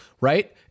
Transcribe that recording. right